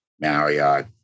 Marriott